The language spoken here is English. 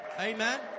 Amen